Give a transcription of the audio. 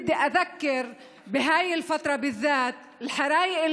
ברצוני לברך את אלה שזרועותיהם חזקות למרות